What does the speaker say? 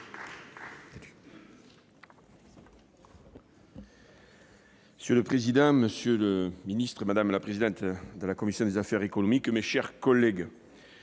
Monsieur le président, monsieur le ministre, madame la présidente de la commission des affaires économiques, mes chers collègues,